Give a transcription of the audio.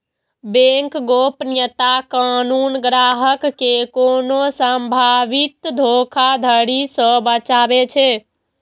bank गोपनीयता कानून ग्राहक कें कोनो संभावित धोखाधड़ी सं बचाबै छै